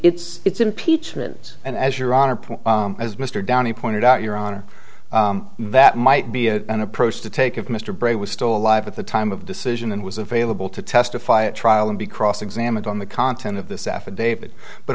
it's it's impeachments and as your honor point as mr downey pointed out your honor that might be a an approach to take of mr brady was still alive at the time of decision and was available to testify at trial and be cross examined on the content of this affidavit but